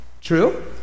true